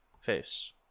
face